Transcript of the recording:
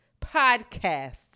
podcast